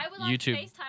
YouTube